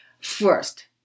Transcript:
first